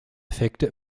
effekte